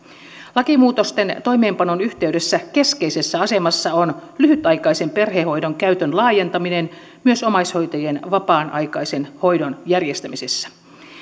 lakimuutosten toimeenpanon yhteydessä keskeisessä asemassa on lyhytaikaisen perhehoidon käytön laajentaminen myös omaishoitajien vapaan aikaisen hoidon järjestämisessä